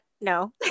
No